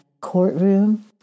courtroom